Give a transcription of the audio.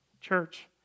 Church